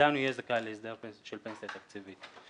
עדיין הוא יהיה זכאי להסדר של פנסיה תקציבית.